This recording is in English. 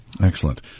Excellent